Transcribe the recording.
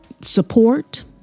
support